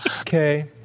Okay